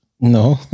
No